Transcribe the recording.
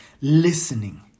listening